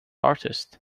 artist